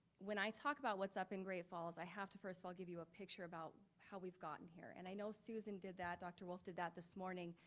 when i talk about what's up in great falls, i have to first of all give you a picture about how we've gotten here. and i know susan did that, dr. wolff did that this morning,